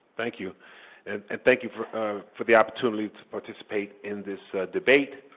thank you. and thank you for ah for the opportunity to participate in this debate.